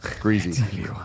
Greasy